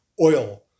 oil